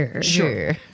Sure